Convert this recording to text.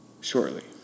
shortly